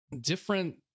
different